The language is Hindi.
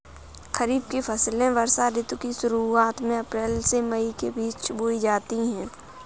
खरीफ की फसलें वर्षा ऋतु की शुरुआत में अप्रैल से मई के बीच बोई जाती हैं